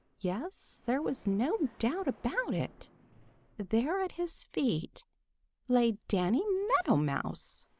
yes, there was no doubt about it there at his feet lay danny meadow mouse!